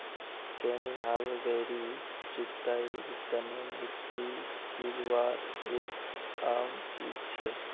छेनी हाल गहरी जुताईर तने मिट्टी चीरवार एक आम चीज छे